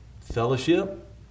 fellowship